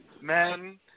men